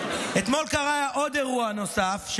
אתמול קרה אירוע נוסף,